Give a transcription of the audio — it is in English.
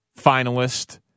finalist